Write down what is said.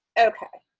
ok.